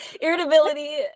irritability